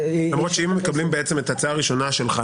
למרות שאם מקבלים את ההצעה הראשונה שלך,